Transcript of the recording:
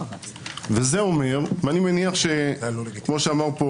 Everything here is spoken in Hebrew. אני מניח שכמו שאמר פה